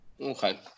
Okay